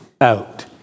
out